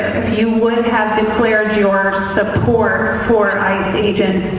if you would have declared your support for ice agents